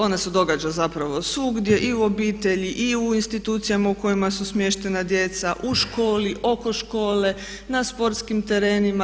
Ona se događa zapravo svugdje, i u obitelji i u institucijama u kojima su smještena djeca, u školi, oko škole, na sportskim terenima.